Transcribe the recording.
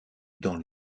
dans